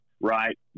right